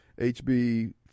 HB